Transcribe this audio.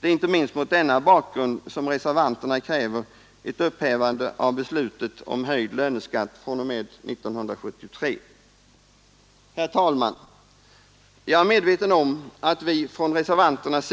Det är inte minst mot denna bakgrund som reservanterna kräver ett upphävande av beslutet om höjd löneskatt fr.o.m. 1973. Jag är medveten om att res bli beskyllda för överbud.